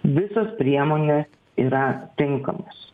visos priemonės yra tinkamos